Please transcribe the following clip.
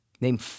Name